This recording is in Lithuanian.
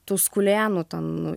tuskulėnų ten